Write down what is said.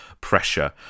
pressure